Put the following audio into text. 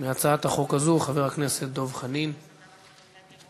מהצעת החוק הזו, חבר הכנסת דב חנין, בבקשה.